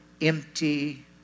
empty